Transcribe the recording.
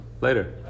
later